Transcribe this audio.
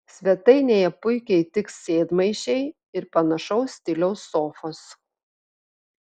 svetainėje puikiai tiks sėdmaišiai ir panašaus stiliaus sofos